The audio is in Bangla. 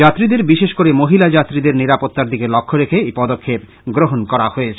যাত্রীদের বিশেষ করে মহিলা যাত্রীদের নিরাপত্তার দিকে লক্ষ রেখে এই পদক্ষেপ গ্রহন করা হয়েছে